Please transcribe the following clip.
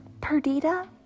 Perdita